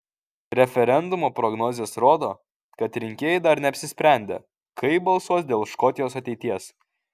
referendumo prognozės rodo kad rinkėjai dar neapsisprendę kaip balsuos dėl škotijos ateities